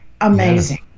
Amazing